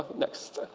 next,